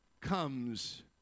comes